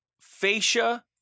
fascia